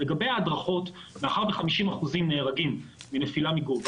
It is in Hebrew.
לגבי ההדרכות, 50% נהרגים מנפילה מגובה.